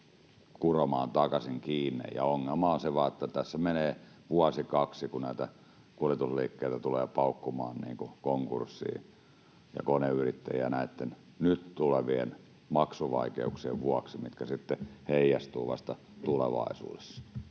kuromaan takaisin kiinni. Ongelma on vain se, että tässä menee vuosi kaksi, kun näitä kuljetusliikkeitä ja koneyrittäjiä tulee paukkumaan konkurssiin näitten nyt tulevien maksuvaikeuksien vuoksi, mitkä sitten heijastuvat vasta tulevaisuudessa.